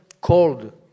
called